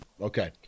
Okay